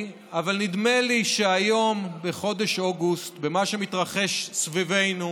לי שהיום, בחודש אוגוסט, עם מה שמתרחש סביבנו